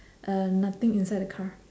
uh nothing inside the car